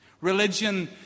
Religion